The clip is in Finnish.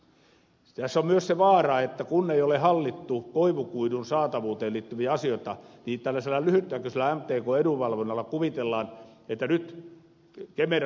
tässä on myös se vaara että kun ei ole hallittu koivukuidun saatavuuteen liittyviä asioita niin tällaisella lyhytnäköisellä mtkn edunvalvonnalla kuvitellaan että nyt kemera ynnä muuta